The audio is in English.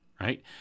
right